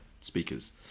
speakers